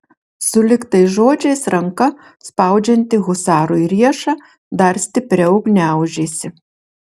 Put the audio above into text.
sulig tais žodžiais ranka spaudžianti husarui riešą dar stipriau gniaužėsi